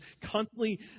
constantly